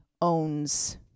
owns